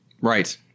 Right